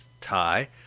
tie